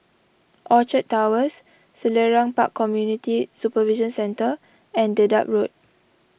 Orchard Towers Selarang Park Community Supervision Centre and Dedap Road